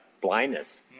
blindness